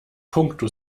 puncto